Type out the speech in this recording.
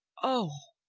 o.